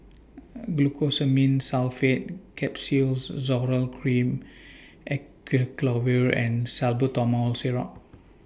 Glucosamine Sulfate Capsules Zoral Cream Acyclovir and Salbutamol Syrup